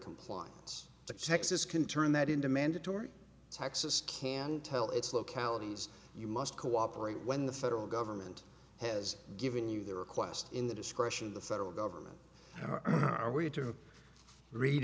compliance to texas can turn that into mandatory texas can tell its localities you must cooperate when the federal government has given you the request in the discretion of the federal government or are we to read